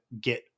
get